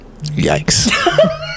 Yikes